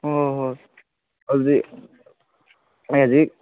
ꯍꯣꯏ ꯍꯣꯏ ꯑꯗꯨꯗꯤ ꯑꯩ ꯍꯧꯖꯤꯛ